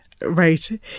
Right